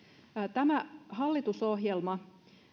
tämä hallitusohjelma